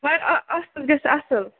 مَگر آ آسُن گژھِ اَصٕل